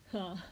ya